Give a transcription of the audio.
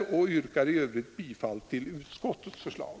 I övrigt yrkar jag bifall till utskottets förslag.